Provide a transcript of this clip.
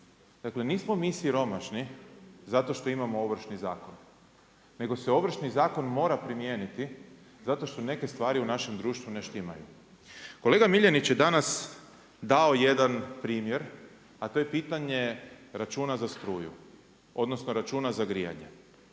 Dakle, nismo mi siromašni zato što imamo Ovršni zakon. Nego se Ovršni zakon mora primijeniti, zato što neke stvari u našem društvu ne štimaju. Kolega Miljenić je danas dao jedan primjer, a to je pitanje računa za struju, odnosno, računa za grijanje.